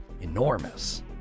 enormous